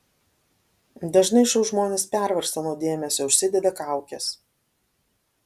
dažnai šou žmonės pervargsta nuo dėmesio užsideda kaukes